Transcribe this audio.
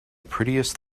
prettiest